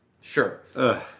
Sure